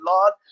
Lord